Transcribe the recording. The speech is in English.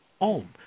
Om